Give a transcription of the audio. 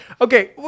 Okay